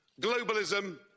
globalism